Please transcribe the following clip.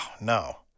no